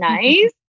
nice